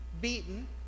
beaten